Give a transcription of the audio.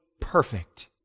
perfect